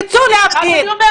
צאו להפגין,